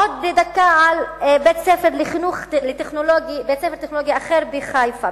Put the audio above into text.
עוד דקה על בית-ספר טכנולוגי אחר, בחיפה.